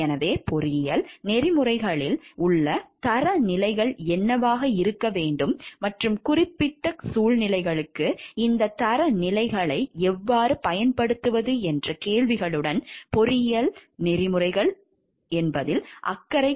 எனவே பொறியியல் நெறிமுறைகளில் உள்ள தரநிலைகள் என்னவாக இருக்க வேண்டும் மற்றும் குறிப்பிட்ட சூழ்நிலைகளுக்கு இந்த தரநிலைகளை எவ்வாறு பயன்படுத்துவது என்ற கேள்வியுடன் பொறியியல் நெறிமுறைகள் அக்கறை கொண்டுள்ளன